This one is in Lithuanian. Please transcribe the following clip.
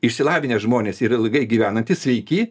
išsilavinę žmonės ir ilgai gyvenantys sveiki